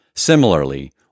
Similarly